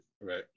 right